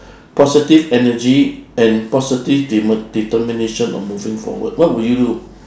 positive energy and positive determination of moving forward what would you do